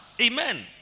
Amen